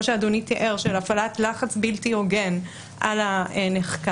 כמו שאדוני תיאר של הפעלת לחץ בלתי הוגן על הנחקר,